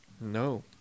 No